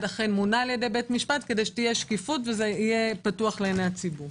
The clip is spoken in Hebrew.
אכן מונה על-ידי בית המשפט כדי שתהיה שקיפות וזה יהיה פתוח לעיני הציבור.